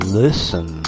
listen